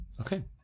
Okay